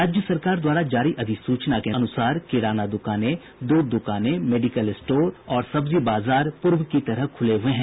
राज्य सरकार द्वारा जारी अधिसूचना के अनुसार किराना दुकानें दूध दुकानें मेडिकल स्टोर और सब्जी बाजार पूर्व की तरह खुले हुए हैं